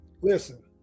Listen